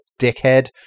dickhead